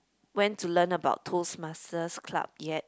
went to learn about toast masters club yet